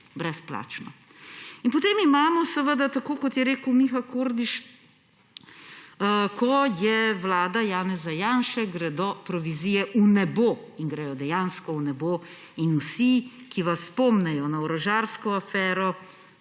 brezplačno. Potem imamo, tako kot je rekel Miha Kordiš, »ko je vlada Janeza Janše, gredo provizije v nebo«. In grejo dejansko v nebo in vsi, ki vas spomnijo na orožarsko afero,